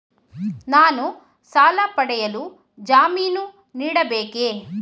ನಾನು ಸಾಲ ಪಡೆಯಲು ಜಾಮೀನು ನೀಡಬೇಕೇ?